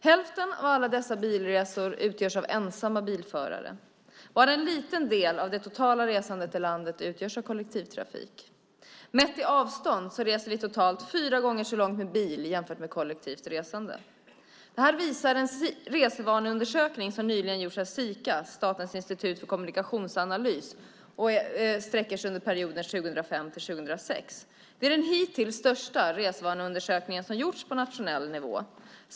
Hälften av alla dessa bilresor görs av ensamma bilförare. Bara en liten del av det totala resandet i landet utgörs av kollektivtrafik. Mätt i avstånd reser vi totalt fyra gånger längre med bil än vi reser kollektivt. Det här visar en resvaneundersökning som nyligen gjorts av Sika, Statens institut för kommunikationsanalys, och som sträcker sig över perioden 2005-2006. Det är den hittills största resvaneundersökningen som gjorts på nationell nivå.